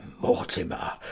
mortimer